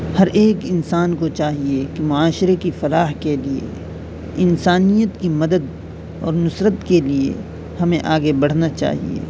ہر ایک انسان کو چاہیے کہ معاشرے کی فلاح کے لیے انسانیت کی مدد اور نصرت کے لیے ہمیں آگے بڑھنا چاہیے